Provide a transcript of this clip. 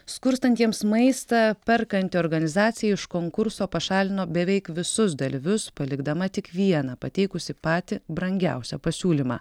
skurstantiems maistą perkanti organizacija iš konkurso pašalino beveik visus dalyvius palikdama tik vieną pateikusi patį brangiausią pasiūlymą